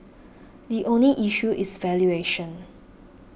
the only issue is valuation